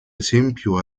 esempio